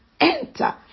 enter